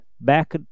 back